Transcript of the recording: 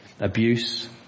abuse